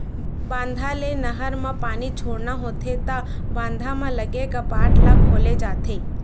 बांधा ले नहर म पानी छोड़ना होथे त बांधा म लगे कपाट ल खोले जाथे